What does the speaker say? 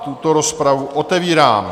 Tuto rozpravu otevírám.